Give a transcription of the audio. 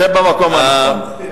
שב במקום הנכון.